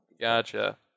Gotcha